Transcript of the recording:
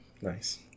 Nice